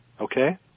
okay